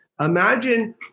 Imagine